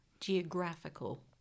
geographical